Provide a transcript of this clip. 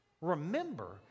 Remember